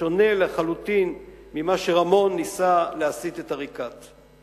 בשונה לחלוטין ממה שרמון ניסה להסית את עריקאת.